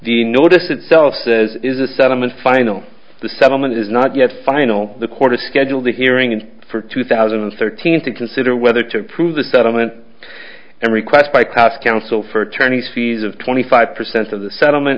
the notice itself says is a settlement final the settlement is not yet final the court is scheduled a hearing and for two thousand and thirteen to consider whether to approve the settlement and request by pass counsel for attorney's fees of twenty five percent of the settlement